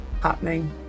happening